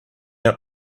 out